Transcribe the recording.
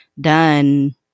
done